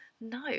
No